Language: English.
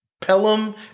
Pelham